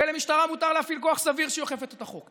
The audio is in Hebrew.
ולמשטרה מותר להפעיל כוח סביר כשהיא אוכפת את החוק.